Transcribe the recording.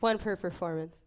one performance